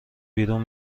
بیرون